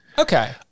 Okay